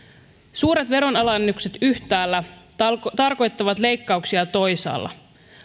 suuret veronalennukset yhtäällä tarkoittavat leikkauksia toisaalla